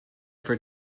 for